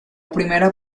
primera